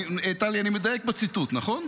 טלי, אני מדייק בציטוט, נכון?